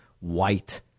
white